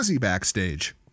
backstage